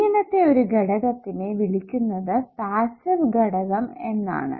ഇങ്ങനത്തെ ഒരു ഘടകത്തിനെ വിളിക്കുന്നത് പാസ്സീവ് ഘടകം എന്നാണു